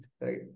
Right